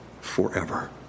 forever